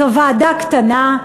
זו ועדה קטנה.